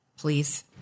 please